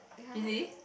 it is